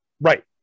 Right